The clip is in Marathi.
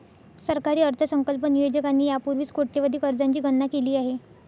सरकारी अर्थसंकल्प नियोजकांनी यापूर्वीच कोट्यवधी कर्जांची गणना केली आहे